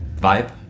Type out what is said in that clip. vibe